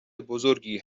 بزرگی